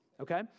Okay